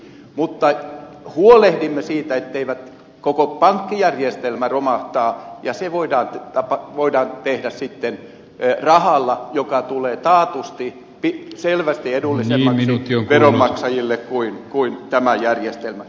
mutta huolehdimme siitä ettei koko pankkijärjestelmä romahda ja se voidaan sitten tehdä rahalla joka tulee taatusti selvästi edullisemmaksi veronmaksajille kuin tämä järjestelmä